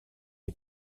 est